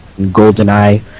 GoldenEye